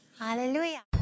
Hallelujah